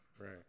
right